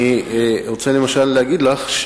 אני רוצה להגיד לך,